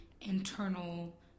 internal